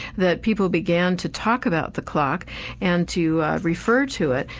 that people began to talk about the clock and to refer to it,